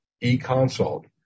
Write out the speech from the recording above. e-consult